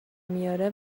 میاره